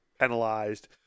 penalized